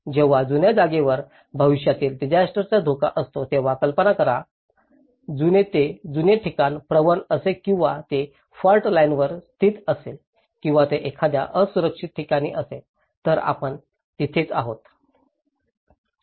जेव्हा जुन्या जागेवर भविष्यातील डिसायस्टरचा धोका असतो तेव्हा कल्पना करा जर ते जुने ठिकाण प्रवण असेल किंवा ते फॉल्ट लाइनवर स्थित असेल किंवा ते एखाद्या असुरक्षित ठिकाणी असेल तर आपण तिथेच आहोत